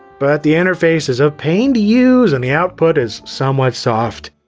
but the interface is a pain to use and the output is somewhat soft.